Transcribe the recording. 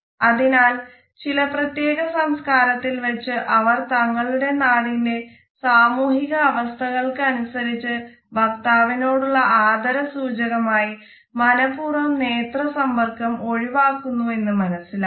അതിനാൽ ചില പ്രത്യേക സംസ്കാരത്തിൽ വെച്ച് അവർ തങ്ങളുടെ നാടിന്റെ സാമൂഹിക അവസ്ഥകൾക്ക് അനുസരിച്ച് വക്താവിനോടുള്ള ആദര സൂചമായി മനപ്പൂർവ്വം നേത്രസമ്പർക്കം ഒഴിവാക്കുന്നു എന്ന് മനസ്സിലാക്കാം